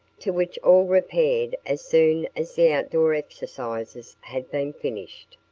to which all repaired as soon as the outdoor exercises had been finished.